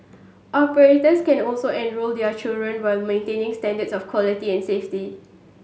operators can also enrol their children while maintaining standards of quality and safety